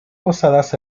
posadas